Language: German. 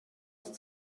ist